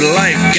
life